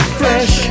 fresh